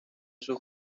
sus